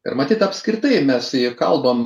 ir matyt apskritai mes į kalbam